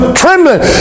trembling